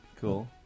Cool